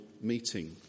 meeting